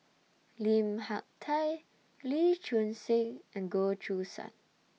Lim Hak Tai Lee Choon Seng and Goh Choo San